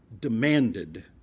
demanded